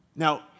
Now